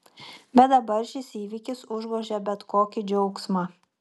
bet dabar šis įvykis užgožia bet kokį džiaugsmą